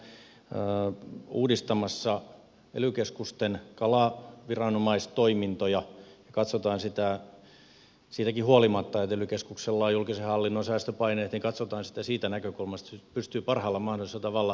me olemme tällä hetkellä uudistamassa ely keskusten kalaviranomaistoimintoja ja siitäkin huolimatta että ely keskuksella on julkisen hallinnon säästöpaineet niin katsotaan sitä siitä näkökulmasta että se pystyy parhaalla mahdollisella tavalla toimimaan